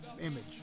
image